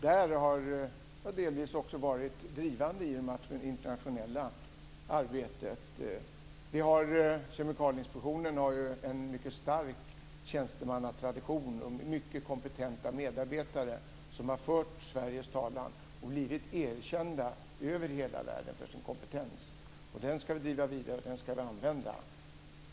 Där har jag delvis också varit drivande i det internationella arbetet. Kemikalieinspektionen har en mycket stark tjänstemannatradition och mycket kompetenta medarbetare som har fört Sveriges talan och blivit erkända över hela världen för sin kompetens, och den ska vi driva vidare och använda.